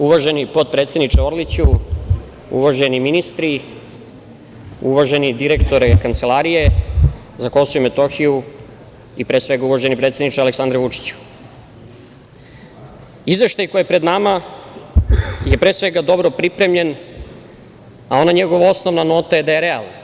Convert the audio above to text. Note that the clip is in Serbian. Uvaženi potpredsedniče Orliću, uvaženi ministri, uvaženi direktore Kancelarije za Kosovo i Metohiju i pre svega uvaženi predsedniče Aleksandre Vučiću, izveštaj koji je pred nama je pre svega dobro pripremljen, a ona njegova osnovna nota je da je realan.